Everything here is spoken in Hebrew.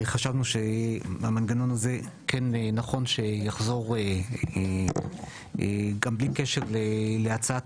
חשבנו שהמנגנון הזה כן נכון שיחזור גם בלי קשר להצעת